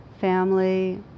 family